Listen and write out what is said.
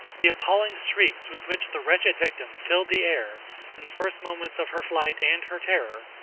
the appalling shrieks with which the wretched victim filled the air in the first moments of her flight and her terror,